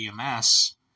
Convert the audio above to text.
EMS